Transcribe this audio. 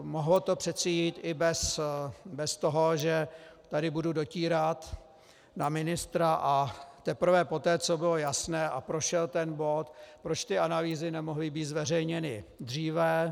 Mohlo to přeci jít i bez toho, že tady budu dotírat na ministra, a teprve poté, co bylo jasné a prošel ten bod proč ty analýzy nemohly být zveřejněny dříve?